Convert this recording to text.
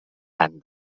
tan